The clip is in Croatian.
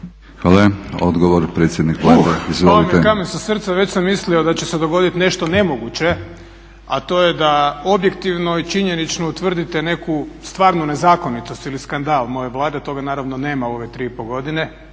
Hvala. Odgovor predsjednik Vlade, izvolite. **Milanović, Zoran (SDP)** Pao mi je kamen sa srca, već sam mislio da će se dogoditi nešto nemoguće a to je da objektivno i činjenično utvrdite neku stvarnu nezakonitost ili skandal moje Vlade, a toga naravno nema u ove 3,5 godine.